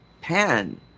pen